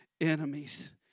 enemies